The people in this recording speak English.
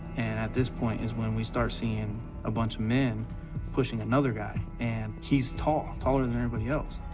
at this point is when we start seeing a bunch of men pushing another guy, and he's tall, taller than everybody else.